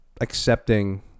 Accepting